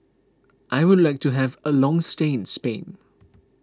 I would like to have a long stay in Spain